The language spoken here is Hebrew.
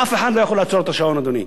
אף אחד לא יכול לעצור את השעון, אדוני.